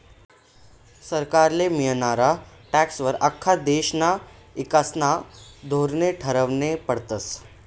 सरकारले मियनारा टॅक्सं वर आख्खा देशना ईकासना धोरने ठरावना पडतस